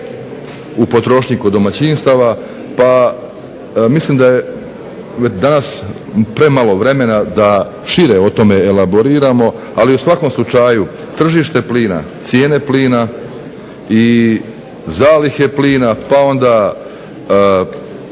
u potrošnji kod domaćinstava, pa mislim da je danas premalo vremena da šire o tome elaboriramo, ali u svakom slučaju tržište plina, cijene plina i zalihe plina, pa onda